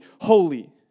holy